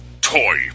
toy